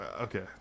okay